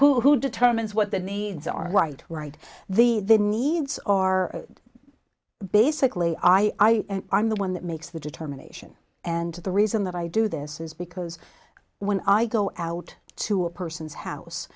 now who determines what the needs are white right the the needs are basically i i'm the one that makes the determination and the reason that i do this is because when i go out to a person's house